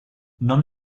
non